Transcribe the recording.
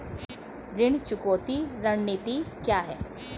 ऋण चुकौती रणनीति क्या है?